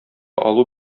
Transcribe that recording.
алу